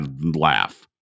laugh